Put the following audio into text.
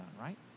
right